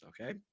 okay